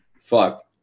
fuck